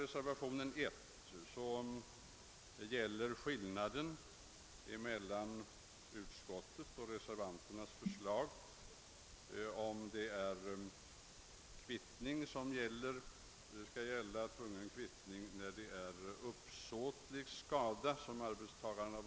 Reservationen 1 avser frågan om huruvida skada som arbetstagare uppsåtligt har vållat i tjänsten skall medföra kvittningsrätt.